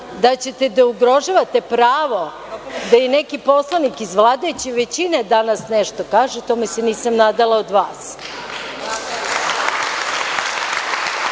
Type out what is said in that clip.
da ćete da ugrožavate pravo da i neki poslanik iz vladajuće većine danas nešto kaže, tome se nisam nadala od vas. Vi